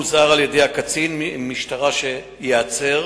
הוזהר על-ידי קצין משטרה שייעצר,